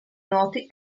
noti